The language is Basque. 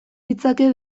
ditzake